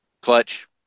Clutch